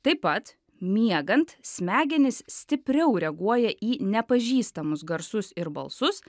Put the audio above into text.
taip pat miegant smegenys stipriau reaguoja į nepažįstamus garsus ir balsus